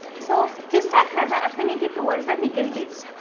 so, his tag has an affinity towards the nickel beads.